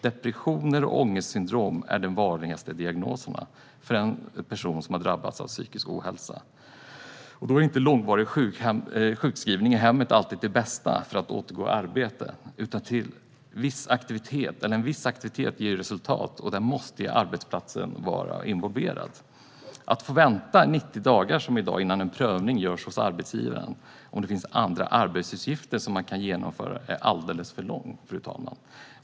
Depressioner och ångestsyndrom är de vanligaste diagnoserna för en person som drabbats av psykisk ohälsa. Då är inte långvarig sjukskrivning i hemmet alltid det bästa för att återgå till arbetet, utan viss aktivitet ger resultat. Där måste arbetsplatsen vara involverad.90 dagar innan en prövning görs hos arbetsgivaren om det finns andra arbetsuppgifter som man kan genomföra är alldeles för lång tid att vänta, fru talman.